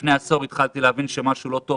לפני עשור התחלתי להבין שמשהו לא טוב